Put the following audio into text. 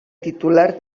titular